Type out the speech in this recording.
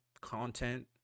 content